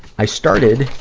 i started